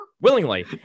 Willingly